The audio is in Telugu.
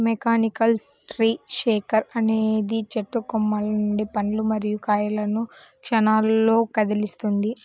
మెకానికల్ ట్రీ షేకర్ అనేది చెట్టు కొమ్మల నుండి పండ్లు మరియు కాయలను క్షణాల్లో కదిలిస్తుంది